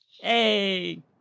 Hey